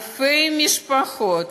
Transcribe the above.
אלפי משפחות